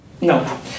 No